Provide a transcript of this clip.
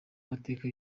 mateka